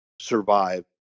survive